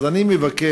אז אני מבקש,